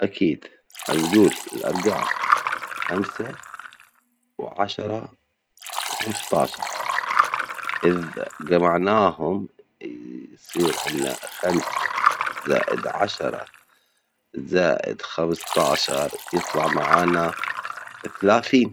أكيد هنجول الأرجام خمسة وعشرة وخمستاشر، إذا جمعناهم يصير عندنا خمسة زائد عشرة زائد خمستاشر يطلع معانا اثلاثين.